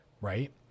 right